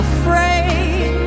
Afraid